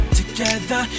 together